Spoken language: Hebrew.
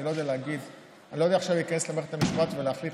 אני לא יודע להיכנס למערכת המשפט ולהחליט